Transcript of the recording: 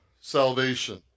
salvation